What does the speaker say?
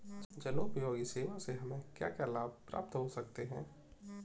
जनोपयोगी सेवा से हमें क्या क्या लाभ प्राप्त हो सकते हैं?